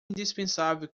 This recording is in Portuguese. indispensável